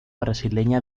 brasileña